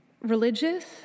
religious